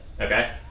okay